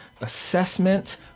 assessment